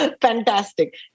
Fantastic